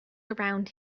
around